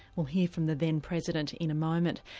we'll hear from the then president in a moment.